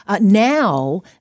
Now